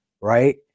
right